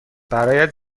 برایت